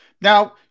Now